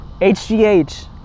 HGH